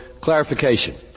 clarification